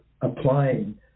applying